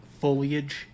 foliage